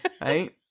Right